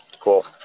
Cool